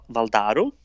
Valdaro